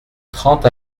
trente